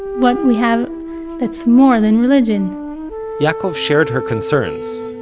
what we have that's more than religion yaakov shared her concerns.